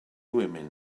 women